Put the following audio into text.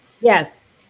Yes